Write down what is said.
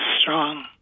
strong